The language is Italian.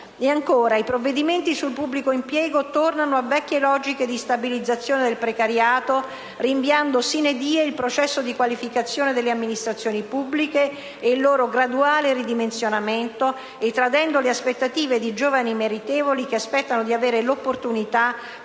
i provvedimenti sul pubblico impiego tornano a vecchie logiche di stabilizzazione del precariato, rinviando *sine die* il processo di qualificazione delle amministrazioni pubbliche e il loro graduale ridimensionamento, e tradendo le aspettative di giovani meritevoli che aspettano di avere l'opportunità